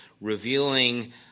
revealing